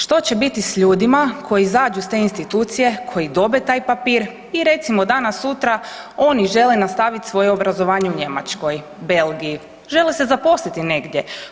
Što će biti s ljudima koji izađu s te institucije, koji dobe taj papir i recimo, danas, sutra, oni žele nastaviti svoje obrazovanje u Njemačkoj, Belgiji, žele se zaposliti negdje.